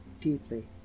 deeply